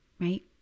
right